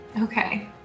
Okay